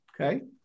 Okay